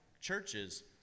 churches